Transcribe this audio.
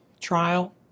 trial